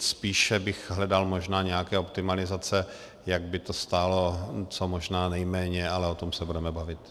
Spíše bych hledal možná nějaké optimalizace, jak by to stálo co možná nejméně, ale o tom se budeme bavit.